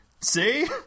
See